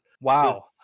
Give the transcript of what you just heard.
Wow